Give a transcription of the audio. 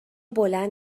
بلند